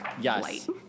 Yes